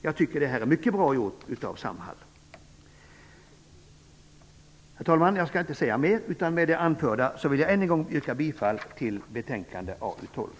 Jag tycker att det är mycket bra gjort av Herr talman! Jag skall inte säga mera. Med det anförda vill jag än en gång yrka bifall till utskottets hemställan i betänkandet AU12.